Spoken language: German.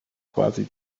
quasi